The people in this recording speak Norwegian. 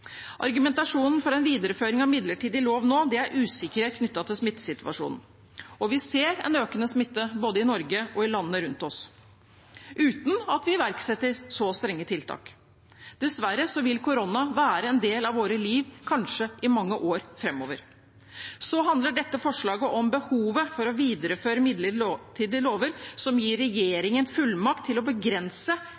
Argumentasjonen for en videreføring av midlertidig lov nå er usikkerhet knyttet til smittesituasjonen, og vi ser en økende smitte, både i Norge og i landene rundt oss, uten at vi iverksetter så strenge tiltak. Dessverre vil korona være en del av våre liv kanskje i mange år framover. Så handler dette forslaget om behovet for å videreføre midlertidige lover som gir